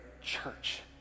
church